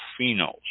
phenols